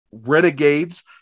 renegades